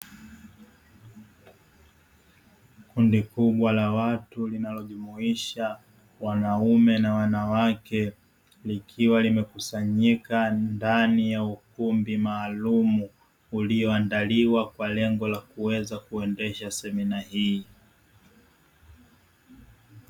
Kundi kubwa la watu linalojumuisha wanaume na wanawake, likiwa limekusanyika ndani ya ukumbi maalumu; ulioandaliwa kwa lengo la kuweza kuendesha semina hii.